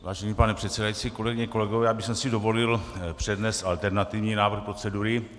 Vážený pane předsedající, kolegyně a kolegové, já bych si dovolil přednést alternativní návrh procedury.